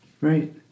Right